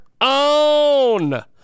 own